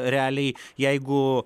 realiai jeigu